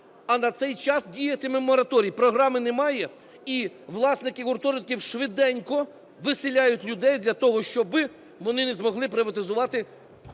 а на цей час діятиме мораторій. Програми немає і власники гуртожитків швиденько виселяють людей для того, щоби вони не змогли приватизувати